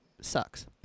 sucks